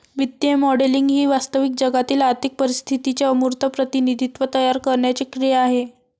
वित्तीय मॉडेलिंग ही वास्तविक जगातील आर्थिक परिस्थितीचे अमूर्त प्रतिनिधित्व तयार करण्याची क्रिया आहे